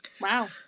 Wow